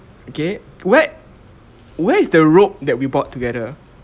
okay where where is the rope that we bought together